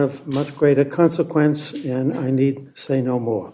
of much greater consequence and i need say no more